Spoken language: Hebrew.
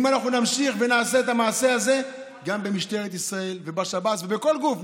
אם נמשיך ונעשה את המעשה הזה גם במשטרת ישראל ובשב"ס ובכל גוף,